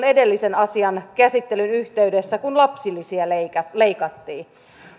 edellisen asian käsittelyn yhteydessä kun lapsilisiä leikattiin